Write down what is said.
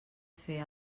fer